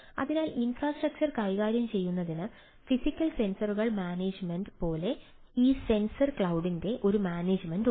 അതിനാൽ ഇൻഫ്രാസ്ട്രക്ചർ കൈകാര്യം ചെയ്യുന്നതിന് ഫിസിക്കൽ സെൻസറുകൾ മാനേജുമെന്റ് പോലെ ഈ സെൻസർ ക്ലൌഡിന്റെ ഒരു മാനേജുമെന്റ് ഉണ്ട്